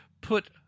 put